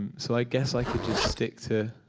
so i guess i could just stick to